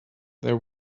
there